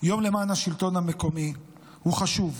יום למען השלטון המקומי הוא חשוב,